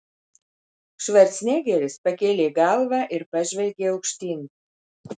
švarcnegeris pakėlė galvą ir pažvelgė aukštyn